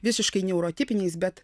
visiškai neurotipiniais bet